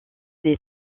des